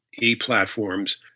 e-platforms